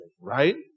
right